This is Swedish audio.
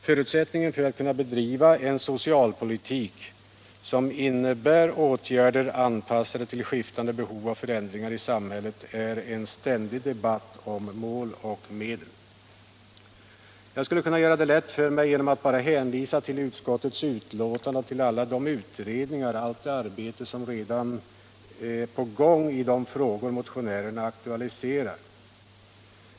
Förutsättningen för att kunna bedriva en socialpolitik, som innebär åtgärder anpassade till skiftande behov och förändringar i samhället, är en ständig debatt om mål och medel. Jag skulle kunna göra det lätt för mig genom att bara hänvisa till utskottets betänkande och till alla de utredningar, allt det arbete som redan är på gång i de frågor motionärerna aktualiserar.